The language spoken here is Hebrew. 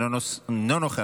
אינו נוכח,